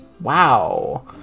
Wow